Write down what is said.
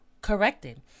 corrected